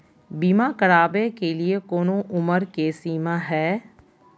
बीमा करावे के लिए कोनो उमर के सीमा है?